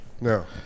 No